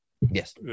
Yes